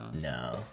no